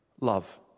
love